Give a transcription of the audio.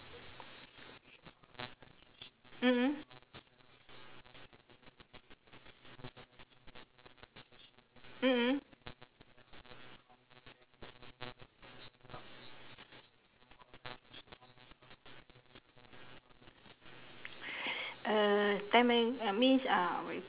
mm mm mm mm uh time uh it means uh